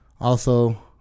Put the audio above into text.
also-